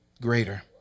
greater